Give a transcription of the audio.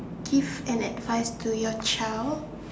give an advice to your child